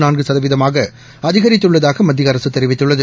நான்கு சதவீதமாக அதிகரித்துள்ளதாக மத்திய அரசு தெரிவித்துள்ளது